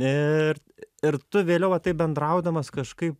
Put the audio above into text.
ir ir tu vėliau va taip bendraudamas kažkaip